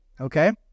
okay